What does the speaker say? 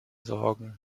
sorgen